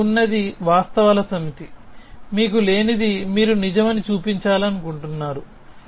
మీ వద్ద ఉన్నది వాస్తవాల సమితి మీకు లేనిది మీరు నిజమని చూపించాలనుకుంటున్నారు